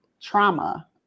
trauma